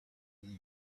and